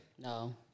No